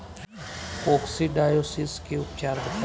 Coccidiosis के उपचार बताई?